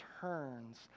turns